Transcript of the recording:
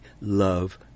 love